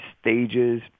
stages